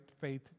faith